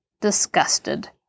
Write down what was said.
disgusted